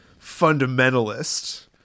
fundamentalist